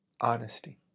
honesty